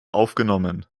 aufgenommen